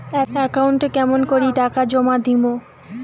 একাউন্টে কেমন করি টাকা জমা দিম?